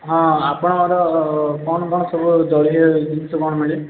ହଁ ଆପଣଙ୍କର କ'ଣ କ'ଣ ସବୁ ଜଳଖିଆ ଜିନିଷ କ'ଣ ମିଳେ